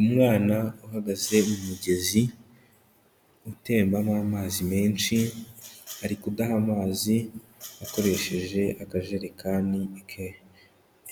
Umwana uhagaze mu mugezi utembamo amazi menshi, ari kudaha amazi akoresheje akajerekani ke,